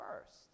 first